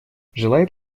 желает